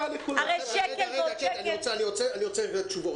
הרי שקל ועוד שקל --- כי זה יכול לסייע לכולם.